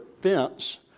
fence